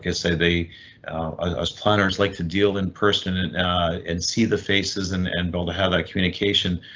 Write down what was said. guess they they ah as planners like to deal in person and and see the faces and and build ahead that communication.